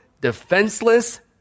defenseless